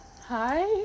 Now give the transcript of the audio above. hi